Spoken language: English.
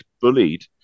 bullied